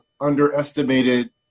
underestimated